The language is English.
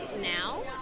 now